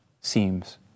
seems